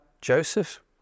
Joseph